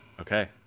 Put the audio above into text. Okay